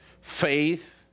faith